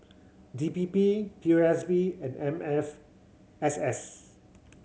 D P P P O S B and M F S S